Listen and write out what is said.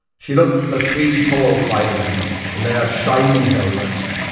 she looked at the three tall firemen in their shining helmets,